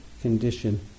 condition